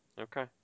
Okay